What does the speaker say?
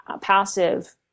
passive